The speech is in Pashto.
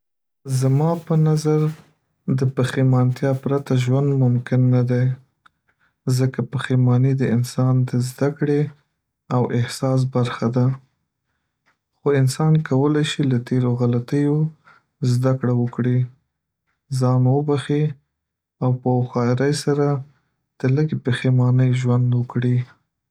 زما په نظر د پښیمانتیا پرته ژوند ممکن نه دی، ځکه پښیماني د انسان د زده‌کړې او احساس برخه ده، خو انسان کولی شي له تېرو غلطیو زده‌کړه وکړي، ځان وبخښي، او په هوښیارۍ سره د لږې پښیمانۍ ژوند وکړي.